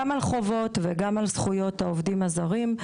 גם על חובות וגם על זכויות העובדים הזרים,